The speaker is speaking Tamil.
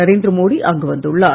நரேந்திரமோடி அங்கு வந்துள்ளார்